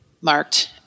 marked